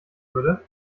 würde